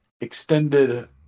extended